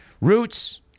Roots